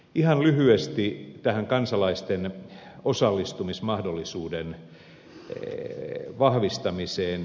ihan lyhyesti tähän kansalaisten osallistumismahdollisuuden vahvistamiseen